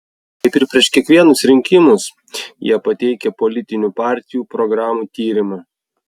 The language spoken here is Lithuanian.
kaip ir prieš kiekvienus rinkimus jie pateikia politinių partijų programų tyrimą